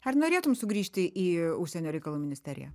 ar norėtum sugrįžti į užsienio reikalų ministeriją